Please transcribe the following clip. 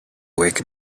wake